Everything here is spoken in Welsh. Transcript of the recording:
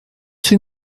sydd